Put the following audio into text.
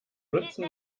nutzen